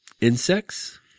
Insects